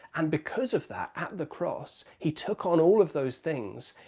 and because of that, at the cross, he took on all of those things,